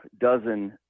dozen